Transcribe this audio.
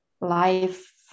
life